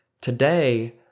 Today